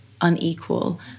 unequal